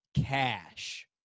cash